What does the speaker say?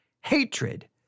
Hatred